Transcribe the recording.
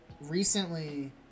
recently